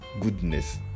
goodness